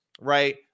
right